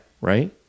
right